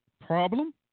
problem